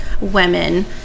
women